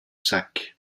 sac